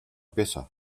peça